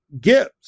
Gibbs